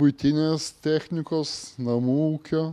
buitinės technikos namų ūkio